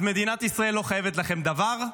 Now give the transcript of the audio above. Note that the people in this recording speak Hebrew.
אז מדינת ישראל לא חייבת לכם דבר.